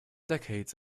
decades